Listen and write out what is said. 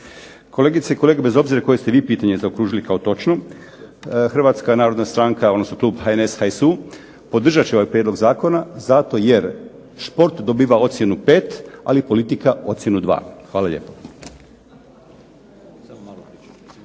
Kolegice i kolege bez obzira koje ste vi pitanje zaokružili kao točno Hrvatska narodna stranka, odnosno klub HNS-a i HSU podržat će ovaj prijedlog zakona zato jer šport dobiva ocjenu 5, ali politika ocjenu 2. Hvala lijepo.